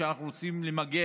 אנחנו רוצים למגר